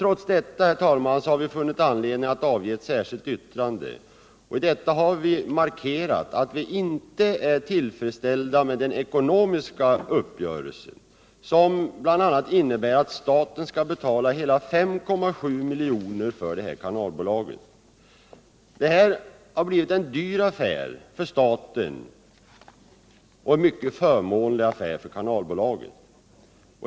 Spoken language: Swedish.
Trots detta, herr talman, har vi funnit anledning att avge ett särskilt yttrande, vari vi har markerat att vi inte är tillfredsställda med den ekonomiska uppgörelsen, som bl.a. innebär att staten skall betala hela 5,7 milj.kr. för kanalbolaget. Det har blivit en dyr affär för staten och en mycket förmånlig affär för kanalbolaget.